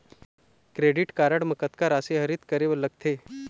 Credit card म कतक राशि आहरित करे बर लगथे?